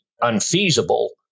unfeasible